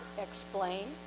explain